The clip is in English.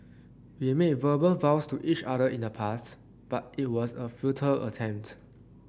we made verbal vows to each other in the past but it was a futile attempt